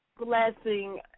blessing